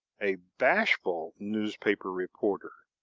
a bashful newspaper reporter.